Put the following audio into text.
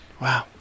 Wow